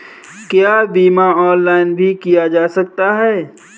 क्या बीमा ऑनलाइन भी किया जा सकता है?